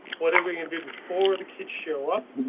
what are we gonna do before the kids show up?